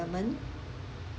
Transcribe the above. ment